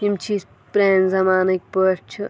یِم چھِ پرانہِ زَمانٕکۍ پٲٹھۍ چھِ